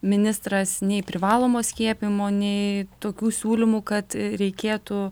ministras nei privalomo skiepijimo nei tokių siūlymų kad reikėtų